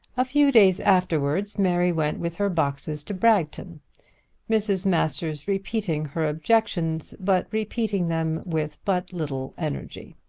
a few days afterwards mary went with her boxes to bragton mrs. masters repeating her objections, but repeating them with but little energy.